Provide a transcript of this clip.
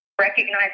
recognize